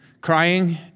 crying